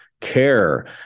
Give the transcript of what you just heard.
care